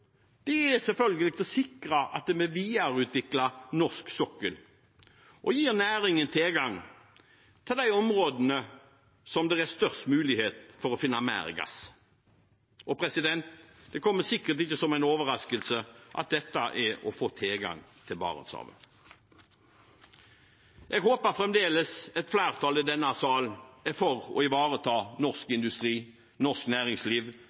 det er selvfølgelig ved å sikre at vi videreutvikler norsk sokkel og gir næringen tilgang til de områdene hvor det er størst mulighet for å finne mer gass. Det kommer sikkert ikke som en overraskelse at dette er ved å få tilgang til Barentshavet. Jeg håper fremdeles at et flertall i denne sal er for å ivareta norsk industri, norsk næringsliv,